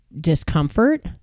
discomfort